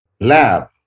lab